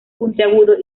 puntiagudo